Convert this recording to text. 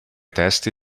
testi